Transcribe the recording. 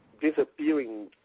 disappearing